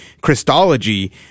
Christology